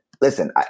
listen